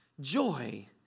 joy